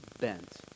bent